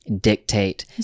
dictate